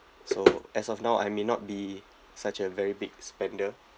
so as of now I may not be such a very big spender